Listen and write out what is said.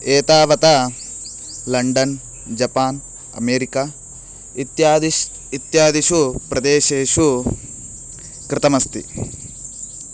एतावता London Japan America इत्यादिषु इत्यादिषु प्रदेशेषु कृतमस्ति